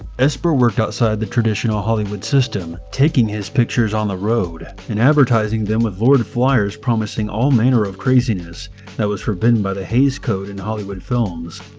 esper worked outside the traditional hollywood system, taking his pictures on the road and advertising them with lurid flyers promising all manner of craziness that was forbidden by the hays code in hollywood films.